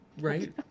Right